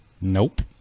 Nope